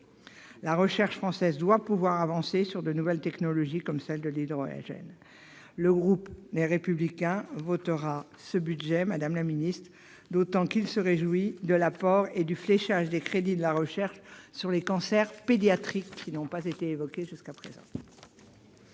La recherche française doit pouvoir avancer sur les nouvelles technologies, comme celle de l'hydrogène. Le groupe Les Républicains votera ce budget, d'autant qu'il se réjouit du fléchage des crédits sur la recherche contre les cancers pédiatriques, qui n'ont pas été évoqués jusqu'à présent.